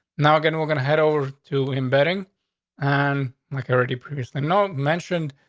now again, we're gonna head over to embedding on, like already previously. no mentioned.